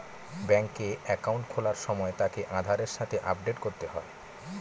ব্যাঙ্কে একাউন্ট খোলার সময় তাকে আধারের সাথে আপডেট করতে হয়